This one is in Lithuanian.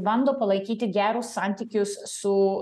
bando palaikyti gerus santykius su